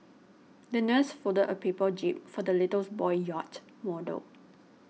the nurse folded a paper jib for the little boy's yacht model